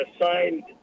assigned